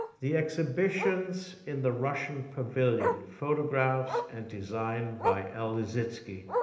the exhibitions in the russian pavilion photographs and design by el lissitzky,